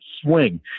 swing